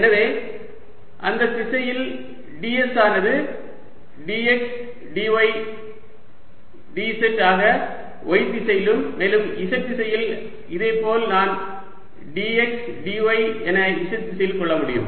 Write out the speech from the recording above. எனவே அந்த திசையில் ds ஆனது dx dz ஆக y திசையிலும் மேலும் z திசையில் இதேபோல நான் dx dy என z திசையில் கொள்ள முடியும்